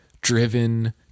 driven